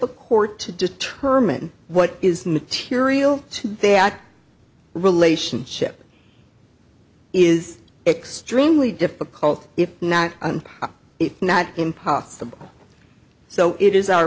a court to determine what is material to they act relationship is extremely difficult if not if not impossible so it is our